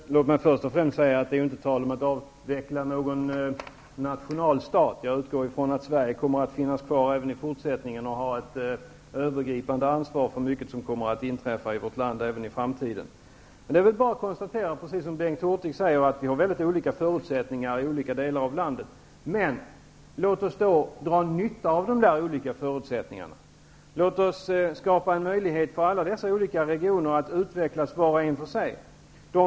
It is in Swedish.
Herr talman! Låt mig först och främst säga att det inte är tal om att avveckla någon nationalstat. Jag utgår från att Sverige kommer att finnas kvar även i fortsättningen och ha ett övergripande ansvar för mycket som kommer att inträffa i vårt land i framtiden. Det är bara att konstatera, som Bengt Hurtig säger, att det är mycket olika förutsättningar i olika delar av landet. Men låt oss då dra nytta av de olika förutsättningarna! Låt oss skapa en möjlighet för alla dessa olika regioner att utvecklas var och en för sig!